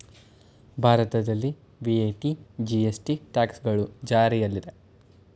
ಭಾರತದಲ್ಲಿ VAT, GST, taxes ಗಳು ಜಾರಿಯಲ್ಲಿದೆ